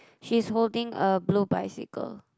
he's holding a blue bicycle